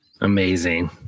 Amazing